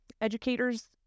educators